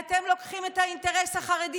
אתם לוקחים את האינטרס החרדי,